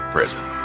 Prison